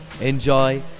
enjoy